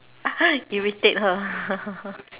irritate her